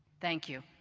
thank you.